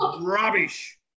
rubbish